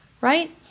right